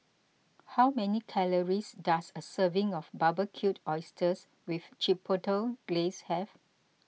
how many calories does a serving of Barbecued Oysters with Chipotle Glaze have